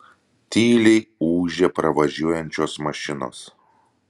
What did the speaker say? tyliai ūžia pravažiuojančios mašinos